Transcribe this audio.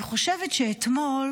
אני חושבת שאתמול